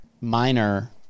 minor